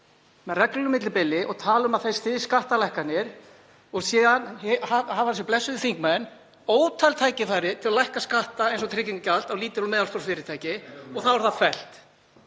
með reglulegu millibili og tala um að þeir styðji skattalækkanir og síðan hafa þessir blessuðu þingmenn ótal tækifæri til að lækka skatta eins og tryggingagjald á lítil og meðalstór fyrirtæki og þá er það fellt.